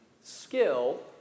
Skill